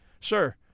Sir